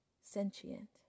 sentient